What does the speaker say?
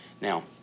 Now